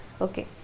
Okay